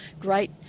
great